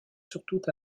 surtout